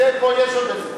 פה יש עוד איזה תיקונים,